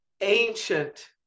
ancient